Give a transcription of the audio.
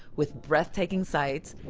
with breathtaking sights,